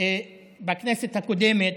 בכנסת הקודמת,